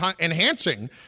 enhancing